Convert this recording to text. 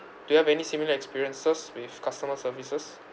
do you have any similar experiences with customer services